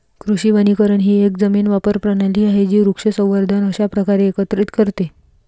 कृषी वनीकरण ही एक जमीन वापर प्रणाली आहे जी वृक्ष, पशुसंवर्धन अशा प्रकारे एकत्रित करते